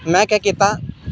में केह् कीता